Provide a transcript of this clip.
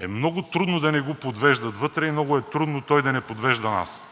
е много трудно да не го подвеждат вътре и много трудно е той да не подвежда нас.